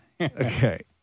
Okay